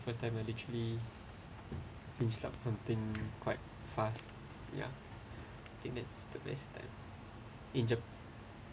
first time I literally to finish up something quite fast ya think that's the best time in japan